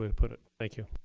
put it. thank you.